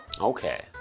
Okay